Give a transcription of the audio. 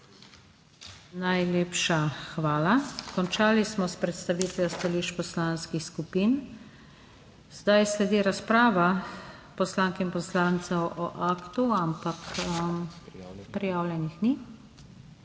Najlepša hvala. Končali smo s predstavitvijo stališč poslanskih skupin. Sedaj sledi razprava poslank in poslancev o aktu, ampak prijavljenih ni.